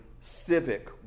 civic